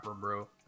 bro